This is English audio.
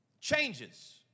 changes